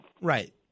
Right